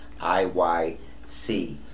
IYC